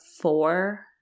four